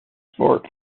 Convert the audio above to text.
sport